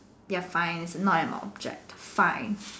ya fine it's not an object fine